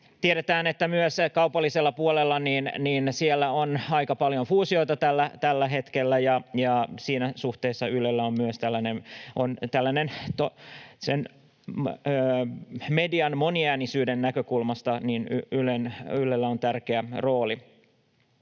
Tiedetään, että myös kaupallisella puolella on aika paljon fuusioita tällä hetkellä, ja siinä suhteessa Ylellä on myös median moniäänisyyden näkökulmasta tärkeä rooli.